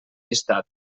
llistat